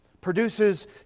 produces